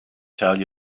tell